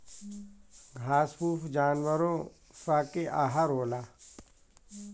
घास फूस जानवरो स के आहार होला